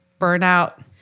burnout